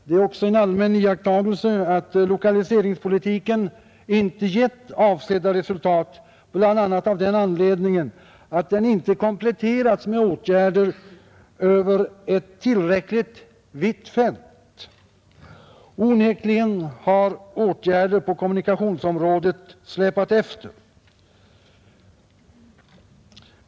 Det är också en allmän iakttagelse att lokaliseringspolitiken inte gett avsedda resultat, bl.a. av den anledningen att den inte kompletterats med åtgärder över ett tillräckligt vitt fält. Onekligen har åtgärder på kommunikationsområdet släpat efter.